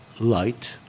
light